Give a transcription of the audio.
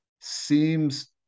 seems